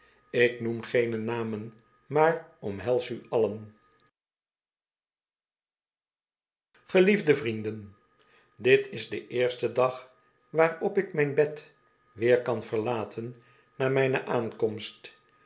ik noem geene namen maar omhels u allen geliefde vrienden dit is de eerste dag waarop ik mijn bed weer kan verlaten na mijne aankomst